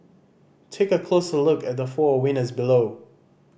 take a closer look at the four winners below